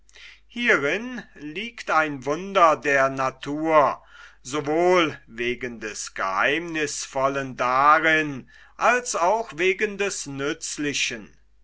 hierin liegt ein wunder der natur sowohl wegen des geheimnißvollen darin als auch wegen des nützlichen